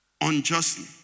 unjustly